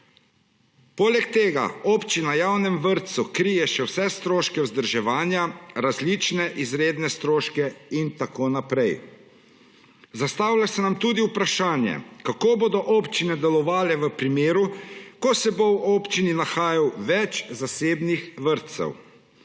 Poleg tega občina javnemu vrtcu krije še vse stroške vzdrževanja, različne izredne stroške in tako naprej. Zastavlja se nam tudi vprašanje, kako bodo občine delovale v primeru, ko se bo v občini nahajalo več zasebnih vrtcev.